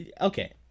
Okay